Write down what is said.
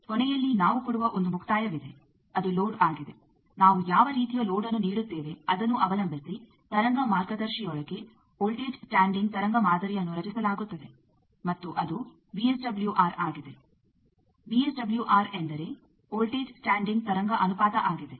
ಕೊನೆಯಲ್ಲಿ ನಾವು ಕೊಡುವ ಒಂದು ಮುಕ್ತಾಯವಿದೆ ಅದು ಲೋಡ್ ಆಗಿದೆ ನಾವು ಯಾವ ರೀತಿಯ ಲೋಡ್ಅನ್ನು ನೀಡುತ್ತೇವೆ ಅದನ್ನು ಅವಲಂಬಿಸಿ ತರಂಗ ಮಾರ್ಗದರ್ಶಿಯೊಳಗೆ ವೋಲ್ಟೇಜ್ ಸ್ಟ್ಯಾಂಡಿಂಗ್ ತರಂಗ ಮಾದರಿಯನ್ನು ರಚಿಸಲಾಗುತ್ತದೆ ಮತ್ತು ಅದು ವಿಎಸ್ಡಬ್ಲ್ಯೂಆರ್ ಆಗಿದೆ ವಿಎಸ್ಡಬ್ಲ್ಯೂಆರ್ ಎಂದರೆ ವೋಲ್ಟೇಜ್ ಸ್ಟ್ಯಾಂಡಿಂಗ್ ತರಂಗ ಅನುಪಾತ ಆಗಿದೆ